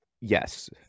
Yes